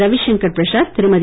Ravishankar Prasad Thirumathi